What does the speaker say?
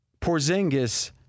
Porzingis